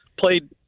Played